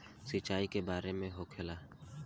सिंचाई के बार होखेला?